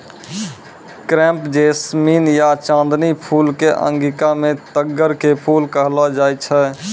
crepe jasmine या चांदनी फूल कॅ अंगिका मॅ तग्गड़ के फूल कहलो जाय छै